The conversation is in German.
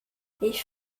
ich